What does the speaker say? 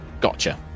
Gotcha